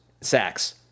sacks